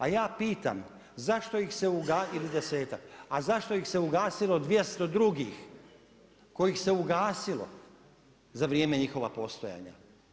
A ja pitam, zašto ih se, ili desetak, a zašto ih se ugasilo 200 drugih kojih se ugasilo za vrijeme njihova postojanja?